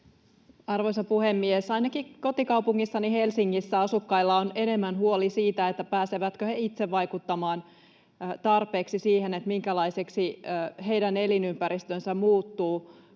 Arvoisa puhemies! Ainakin kotikaupungissani Helsingissä asukkailla on enemmän huoli siitä, pääsevätkö he itse vaikuttamaan tarpeeksi siihen, minkälaiseksi heidän elinympäristönsä muuttuu,